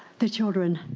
the children